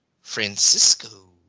Francisco